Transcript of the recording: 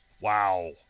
Wow